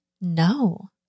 No